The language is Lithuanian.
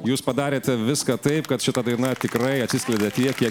jūs padarėte viską taip kad šita daina tikrai atsiskleidė tiek kiek